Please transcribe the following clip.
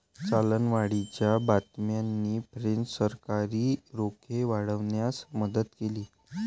चलनवाढीच्या बातम्यांनी फ्रेंच सरकारी रोखे वाढवण्यास मदत केली